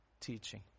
teaching